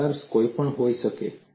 આકાર કંઈપણ હોઈ શકે છે